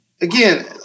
Again